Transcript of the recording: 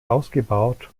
ausgebaut